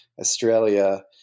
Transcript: australia